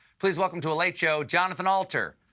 please welcome to a late show, jonathan alter.